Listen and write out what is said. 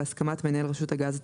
בהסכמת מנהל רשות הגז הטבעי,